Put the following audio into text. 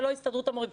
ולא הסתדרות המורים.